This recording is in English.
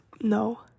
No